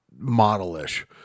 model-ish